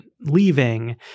leaving